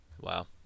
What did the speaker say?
Wow